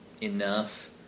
enough